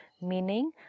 Meaning